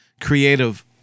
creative